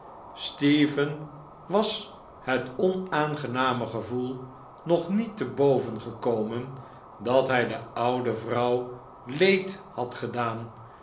stephen was het onaangename gevoel nog niet te boven gekomen dat hij de oude vrouw leed had gedaan